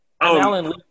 Alan